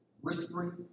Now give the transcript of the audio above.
whispering